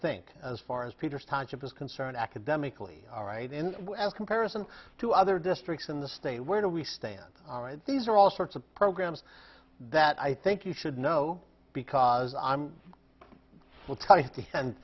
think as far as peter's township is concerned academically all right in comparison to other districts in the state where do we stand all right these are all sorts of programs that i think you should know because i'm